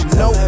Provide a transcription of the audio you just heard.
no